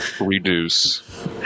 reduce